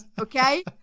okay